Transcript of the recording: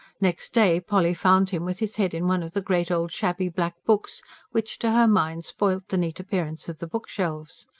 next day polly found him with his head in one of the great old shabby black books which, to her mind, spoilt the neat appearance of the bookshelves.